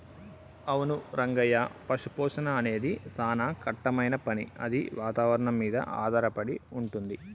అవును రంగయ్య పశుపోషణ అనేది సానా కట్టమైన పని అది వాతావరణం మీద ఆధారపడి వుంటుంది